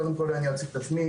קודם כל אציג את עצמי,